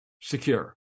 secure